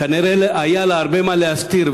כנראה היה לה הרבה מה להסתיר,